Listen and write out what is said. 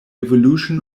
evolution